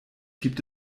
gibt